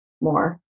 more